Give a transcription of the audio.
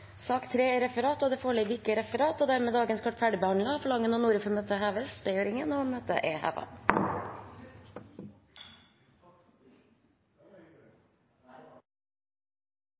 Det foreligger ikke referat. Dermed er dagens kart ferdigbehandlet. Forlanger noen ordet før møtet heves? – Det gjør ingen, og møtet er